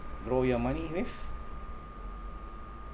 grow your money with